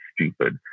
stupid